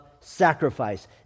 sacrifice